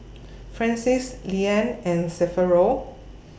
Francies Leann and Severo